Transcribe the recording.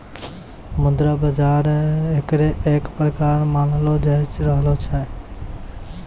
मुद्रा बाजार एकरे एक प्रकार मानलो जाय रहलो छै